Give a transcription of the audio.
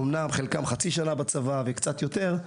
אמנם חלקם חצי שנה בצבא וקצת יותר,